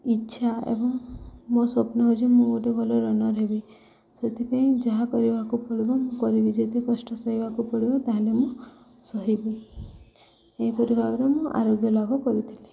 ଇଚ୍ଛା ଏବଂ ମୋ ସ୍ୱପ୍ନ ହେଉଛି ମୁଁ ଗୋଟେ ଭଲ ରନର୍ ହେବି ସେଥିପାଇଁ ଯାହା କରିବାକୁ ପଡ଼ିବ ମୁଁ କରିବି ଯଦି କଷ୍ଟ ସହିବାକୁ ପଡ଼ିବ ତା'ହେଲେ ମୁଁ ସହିବି ଏହିପରି ଭାବରେ ମୁଁ ଆରୋଗ୍ୟ ଲାଭ କରିଥିଲି